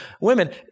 women